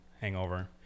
Hangover